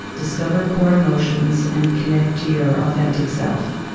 discover core emotions, and connect to your authentic self.